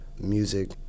music